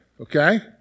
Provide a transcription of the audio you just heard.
okay